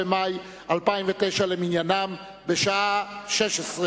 לכ-50,000 ילדים בדואים אין גישה סדירה